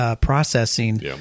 processing